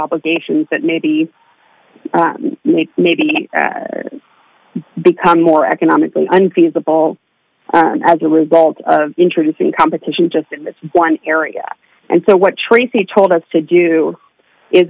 obligations that maybe need maybe me become more economically unfeasible as a result of introducing competition just in this one area and so what tracy told us to do i